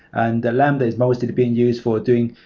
and lambda is most being used for doing,